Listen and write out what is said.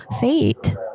fate